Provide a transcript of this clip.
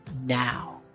now